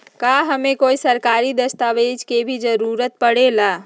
का हमे कोई सरकारी दस्तावेज के भी जरूरत परे ला?